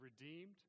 redeemed